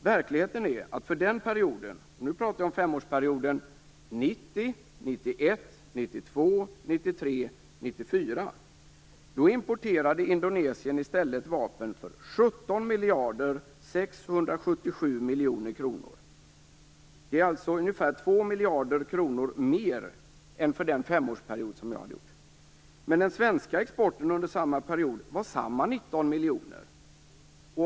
Verkligheten är att för den perioden - nu pratar jag om femårsperioden 1990-1994 - importerade Indonesien vapen för 17 677 miljoner kronor. Det är ungefär 2 miljarder kronor mer än för den femårsperiod jag först redogjorde för. Men den svenska exporten under samma period var fortfarande 19 miljoner kronor.